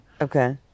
Okay